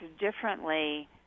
differently